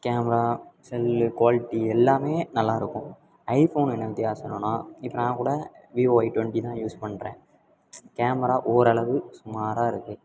camera cell quality எல்லாமே நல்லாயிருக்கும் iPhone என்ன வித்தியாசம் என்னென்னா இப்போ நான் கூட விவோ ஒய் டுவென்டி தான் யூஸ் பண்ணுறேன் கேமரா ஓரளவு சுமாராக இருக்குது